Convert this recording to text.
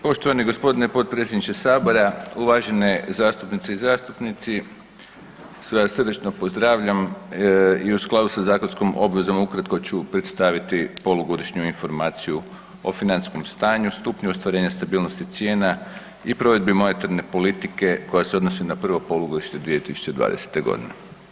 Poštovani g. potpredsjedniče Sabora, uvažene zastupnice i zastupnici, sve vas srdačno pozdravljam i u skladu sa zakonskom obvezom, ukratko ću predstaviti Polugodišnju informaciju o financijskom stanju, stupnju ostvarenja stabilnosti cijena i provedbi monetarne politike koja se odnosi na prvo polugodište 2020. godine.